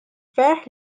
ferħ